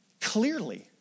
clearly